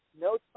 No